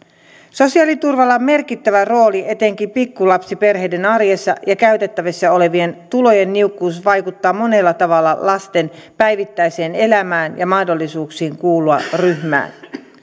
sosiaaliturvalla on merkittävä rooli etenkin pikkulapsiperheiden arjessa ja käytettävissä olevien tulojen niukkuus vaikuttaa monella tavalla lasten päivittäiseen elämään ja mahdollisuuksiin kuulua ryhmään